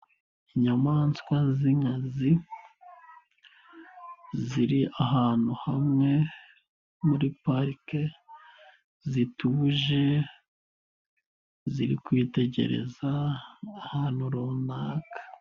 Inyamaswa z'inkazi ziri ahantu hamwe muri parike zituje ziri kwitegereza ahantu runaka.